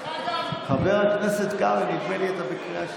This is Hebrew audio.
חבר הכנסת קרעי, נדמה לי שאתה בקריאה שנייה.